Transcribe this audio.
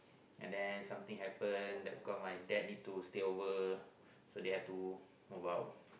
and then something happens that cause my dad into silver so they have to mobile